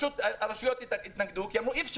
הרשויות התנגדו ואמרו שאי אפשר,